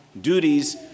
duties